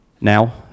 Now